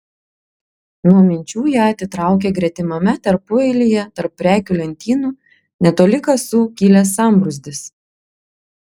nuo minčių ją atitraukė gretimame tarpueilyje tarp prekių lentynų netoli kasų kilęs sambrūzdis